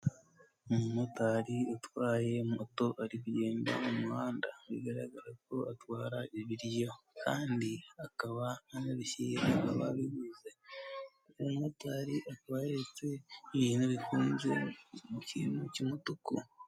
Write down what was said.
Umumotari utwaye moto arigenda mumuhanda bigaragara ko atwara ibiryo kandi akaba anabishyira ababiguze motari akaba yaretse ibintu bifunze mu kintu cy'umutuku.